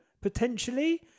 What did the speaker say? potentially